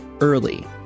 early